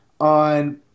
on